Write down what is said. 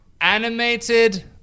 Animated